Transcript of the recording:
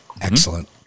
Excellent